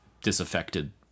disaffected